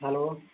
hello